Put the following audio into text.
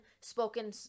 spoken